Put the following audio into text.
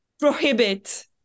prohibit